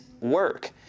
work